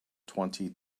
twenty